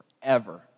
forever